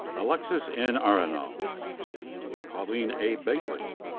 alexis n. arenal. colleen a. bailey.